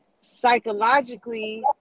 psychologically